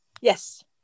Yes